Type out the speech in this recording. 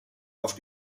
auf